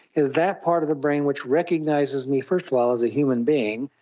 is that part of the brain which recognises me first of all as a human being,